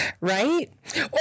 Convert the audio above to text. Right